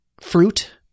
fruit